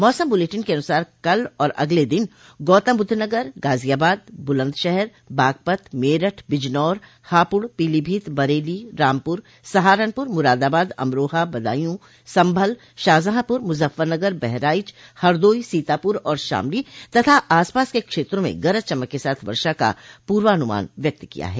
मौसम बुलेटिन के अनुसार कल और अगले दिन गौतमबुद्धनगर गाजियाबाद बुलन्दशहर बागपत मेरठ बिजनौर हापुड़ पीलीभोत बरेली रामपुर सहारनपुर मुरादाबाद अमरोहा बदायूं संभल शाहजहांपुर मुजफ्फरनगर बहराइच हरदोई सीतापुर और शामली तथा आसपास के क्षेत्रों में गरज चमक के साथ वर्षा का पूर्वानुमान व्यक्त किया है